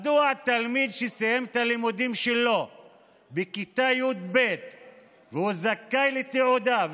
תלמיד שסיים את הלימודים שלו בכיתה י"ב וזכאי לתעודה,